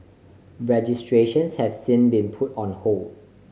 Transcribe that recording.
registrations have since been put on hold